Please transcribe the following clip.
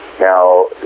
now